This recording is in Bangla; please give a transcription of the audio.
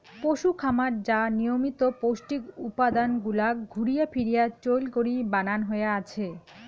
পশুখাবার যা নিয়মিত পৌষ্টিক উপাদান গুলাক ঘুরিয়া ফিরিয়া চইল করি বানান হয়া আছে